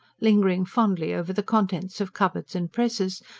lingering fondly over the contents of cupboards and presses,